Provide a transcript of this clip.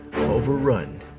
Overrun